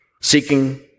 seeking